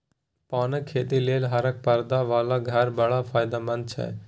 पानक खेती लेल हरका परदा बला घर बड़ फायदामंद छै